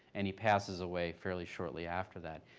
and he passes away fairly shortly after that.